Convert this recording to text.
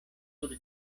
sur